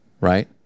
Right